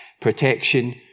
protection